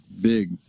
big